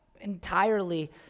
entirely